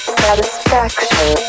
satisfaction